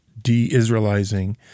De-Israelizing